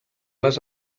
les